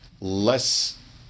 less